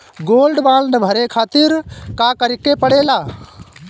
Gold bond भरे खातिर का करेके पड़ेला?